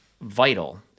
vital